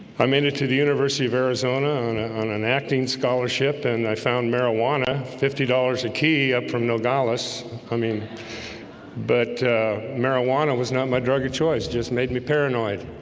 i made it to the university of arizona on an acting scholarship and i found marijuana fifty dollars a key up from nogales i mean but marijuana was not my drug of choice just made me paranoid